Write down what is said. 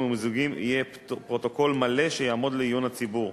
ומיזוגים יהיה פרוטוקול מלא שיעמוד לעיון הציבור.